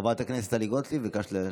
ביקשת.